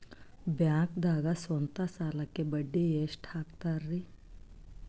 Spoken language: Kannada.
ಬ್ಯಾಂಕ್ದಾಗ ಸ್ವಂತ ಸಾಲಕ್ಕೆ ಬಡ್ಡಿ ಎಷ್ಟ್ ಹಕ್ತಾರಿ?